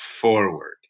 forward